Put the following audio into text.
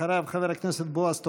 אחריו, חבר הכנסת בועז טופורובסקי.